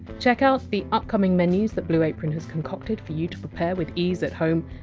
check out the upcoming menus that blue apron has concocted for you to prepare with ease at home,